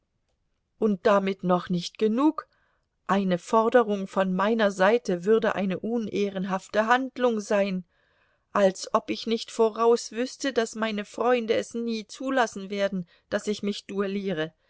und damit noch nicht genug eine forderung von meiner seite würde eine unehrenhafte handlung sein als ob ich nicht voraus wüßte daß meine freunde es nie zu lassen werden daß ich mich duelliere